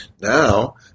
Now